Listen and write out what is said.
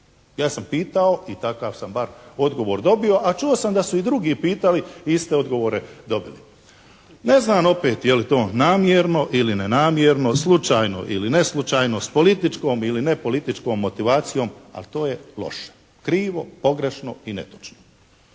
Ja sam pitao i takav sam bar odgovor dobio a čuo sam da su i drugi pitali i iste odgovore dobili. Ne znam opet je li to namjerno ili nenamjerno, slučajno ili neslučajno, s političkom ili nepolitičkom motivacijom ali to je loše. Krivo, pogrešno i netočno.